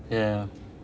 ya